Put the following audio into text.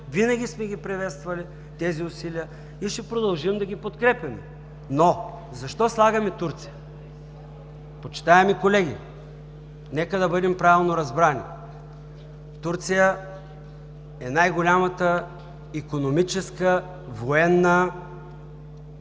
Винаги сме ги приветствали тези усилия и ще продължим да ги подкрепяме. Защо слагаме Турция? Почитаеми колеги, нека да бъдем правилно разбрани – Турция е най-голямата икономическа, военна сила